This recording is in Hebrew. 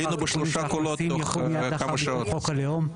חוק זה לאחר התיקונים המוצעים יחול מיד לאחר ביטול חוק הלאום.